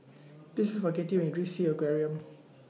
Please Look For Katie when YOU REACH Sea Aquarium